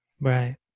Right